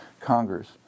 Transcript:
Congress